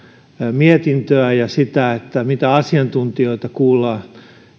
mietintöä ja sitä sitä mitä asiantuntijoita kuullaan